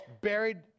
buried